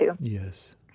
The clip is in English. yes